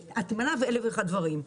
הטמנה ועוד אלף ואחד דברים.